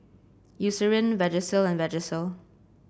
Eucerin Vagisil and Vagisil